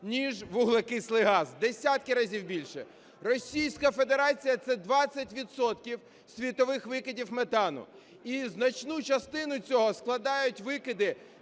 ніж вуглекислий газ, в десятки разів більше. Російська Федерація – це 20 відсотків світових викидів метану. І значну частину цього складають викиди